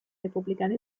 repubblicano